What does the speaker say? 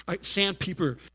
sandpaper